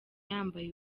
yambaye